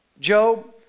Job